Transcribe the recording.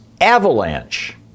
avalanche